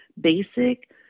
basic